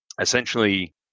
essentially